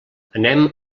anem